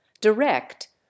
direct